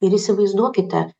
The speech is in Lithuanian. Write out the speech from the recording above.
ir įsivaizduokite